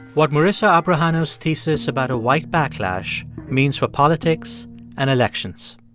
what marisa abrajano's thesis about a white backlash means for politics and elections.